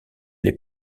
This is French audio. les